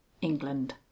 England